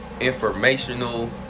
informational